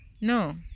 no